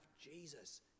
Jesus